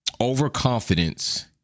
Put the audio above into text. overconfidence